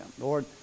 lord